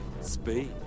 Speed